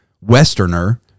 Westerner